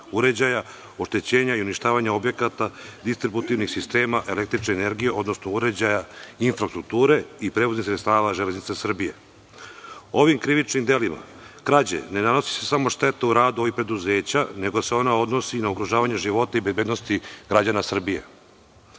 uređaja, oštećenja i uništavanja objekata, distributivih sistema električne energije, odnosno uređaja, infrastrukture i prevoznih sredstava „Železnica Srbije“.Ovim krivičnim delima krađe ne nanosi se samo šteta u radu ovih preduzeća, nego sa ona odnosi i na ugrožavanje života i bezbednosti građana Srbije. Ono